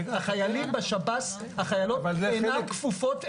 החיילים בשב"ס, החיילות אינן כפופות,